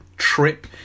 trip